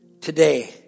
today